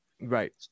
Right